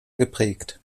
geprägt